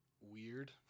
weird